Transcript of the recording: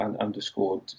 underscored